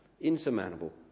Insurmountable